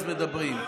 אז מדברים.